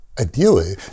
Ideally